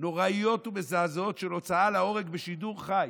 נוראיות ומזעזעות של הוצאה להורג בשידור חי.